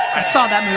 i saw that move,